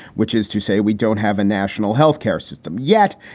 which is to say we don't have a national health care system yet.